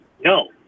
no